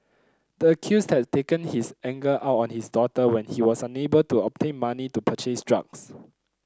the accused had taken his anger out on his daughter when he was unable to obtain money to purchase drugs